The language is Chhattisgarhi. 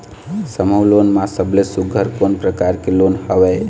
समूह लोन मा सबले सुघ्घर कोन प्रकार के लोन हवेए?